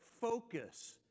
focus